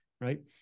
right